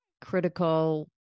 critical